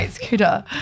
scooter